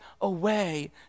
away